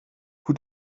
who